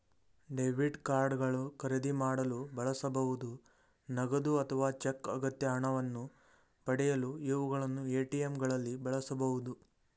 debit card ಗಳು ಖರೀದಿ ಮಾಡಲು ಬಳಸಬಹುದು ನಗದು ಅಥವಾ ಚೆಕ್ ಅಗತ್ಯ ಹಣವನ್ನು ಪಡೆಯಲು ಇವುಗಳನ್ನು ಎ.ಟಿ.ಎಂ ಗಳಲ್ಲಿ ಬಳಸಬಹುದು